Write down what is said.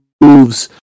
moves